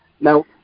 Now